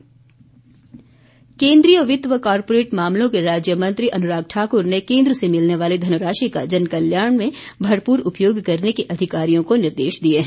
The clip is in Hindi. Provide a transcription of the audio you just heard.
अनुराग ठाकुर केंद्रीय वित्त व कॉर्पोरेट मामलों के राज्य मंत्री अनुराग ठाक्र ने केंद्र से मिलने वाली धनराशि का जनकल्याण में भरपूर उपयोग करने के अधिकारियों को निर्देश दिए हैं